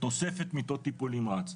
תוספת מיטות טיפול נמרץ,